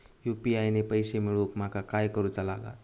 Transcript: UPI ने पैशे मिळवूक माका काय करूचा लागात?